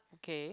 okay